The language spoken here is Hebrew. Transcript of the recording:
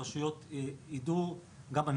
הרשויות תדענה על כך ותקבלנה את